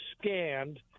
scanned